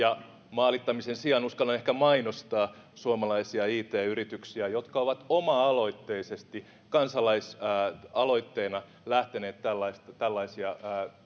maalittamisen sijaan uskallan ehkä mainostaa suomalaisia it yrityksiä jotka ovat oma aloitteisesti kansalaisaloitteina lähteneet tällaisia tällaisia